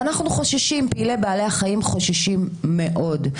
אנחנו, פעילי בעלי החיים חוששים מאוד.